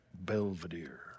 Belvedere